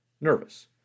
nervous